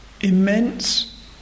immense